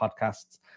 podcasts